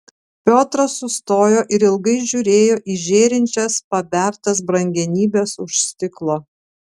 piotras sustojo ir ilgai žiūrėjo į žėrinčias pabertas brangenybes už stiklo